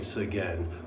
Again